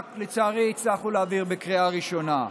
לצערי, הצלחנו להעביר רק בקריאה ראשונה.